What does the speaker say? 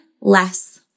less